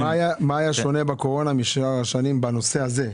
מה היה שונה בקורונה משאר השנים בנושא הזה?